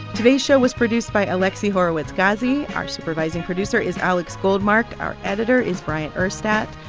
today's show was produced by alexi horowitz-ghazi. our supervising producer is alex goldmark. our editor is bryant urstadt.